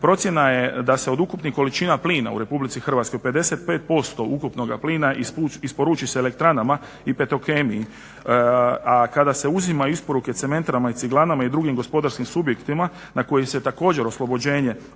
Procjena je da se od ukupnih količina plina u Republici Hrvatskoj 55% ukupnog plina isporuči elektranama i petrokemiji, a kada se uzimaju isporuke cementarama, ciglanama i drugim gospodarskim subjektima na koji se također oslobođenje